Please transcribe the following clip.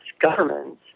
governments